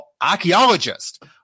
archaeologist